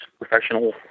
professional